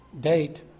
date